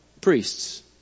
priests